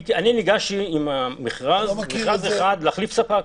אני ניגש למכרז להחליף ספק.